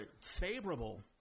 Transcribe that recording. favorable